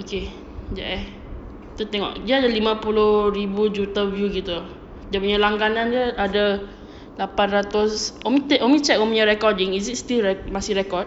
okay jap eh kita tengok dia ada lima puluh ribu juta view gitu dia punya langganan ada lapan ratus umi umi check umi punya recording is it still masih record